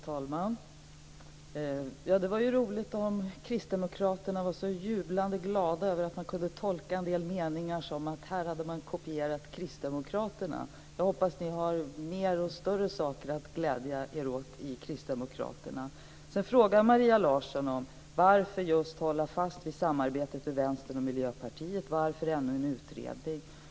Fru talman! Det är ju roligt om kristdemokraterna är så jublande glada över att ni kan tolka en del meningar som att här har Kristdemokraternas förslag kopierats. Jag hoppas att ni har fler och större saker att glädja er åt i Kristdemokraterna. Sedan frågar Maria Larsson: Varför hålla fast vid samarbetet med Vänstern och Miljöpartiet? Varför ännu en utredning?